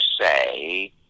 say